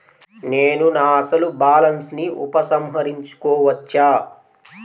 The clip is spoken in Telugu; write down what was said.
నేను నా అసలు బాలన్స్ ని ఉపసంహరించుకోవచ్చా?